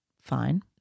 Fine